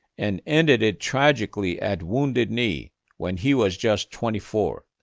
and ended it tragically at wounded knee when he was just twenty four.